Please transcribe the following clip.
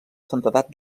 santedat